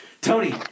Tony